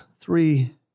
three